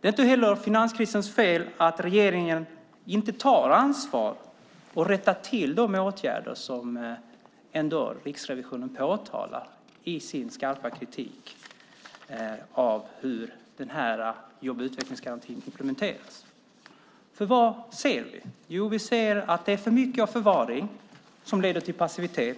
Det är inte heller finanskrisens fel att regeringen inte tar sitt ansvar och vidtar de åtgärder som Riksrevisionen påtalar i sin skarpa kritik av hur jobb och utvecklingsgarantin implementerats. Vad ser vi? Jo, vi ser att det är för mycket av förvaring som leder till passivitet